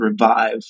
Revive